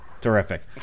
Terrific